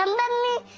um bentley!